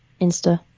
Insta